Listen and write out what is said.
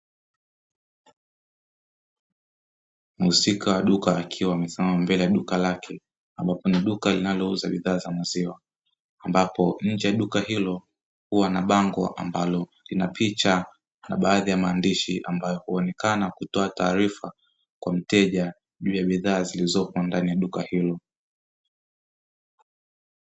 Muhusika wa duka akiwa amesimama mbele ya duka lake, ambapo ni duka linalouza bidhaa za maziwa. Ambapo nje ya duka hilo huwa na bango ambalo lina picha na baadhi ya maandishi ambayo huonekana kutoa taarifa kwa mteja juu ya bidhaa zilizopo ndani ya duka hilo.